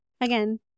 again